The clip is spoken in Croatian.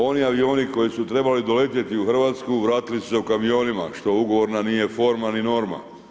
Oni avioni koji su trebali doletjeti u Hrvatsku, vratili su se u kamionima što u ugovorna nije forma ni norma.